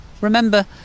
Remember